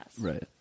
Right